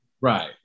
Right